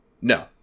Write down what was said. No